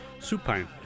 Supine